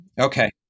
Okay